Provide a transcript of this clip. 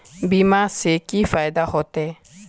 बीमा से की फायदा होते?